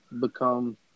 become